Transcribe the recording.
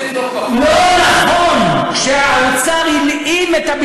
יותר משהיא ציווי מוסרי היא עניין של חשיבות אסטרטגית,